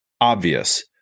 obvious